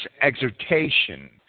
exhortation